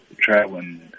traveling